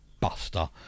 Buster